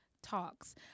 talks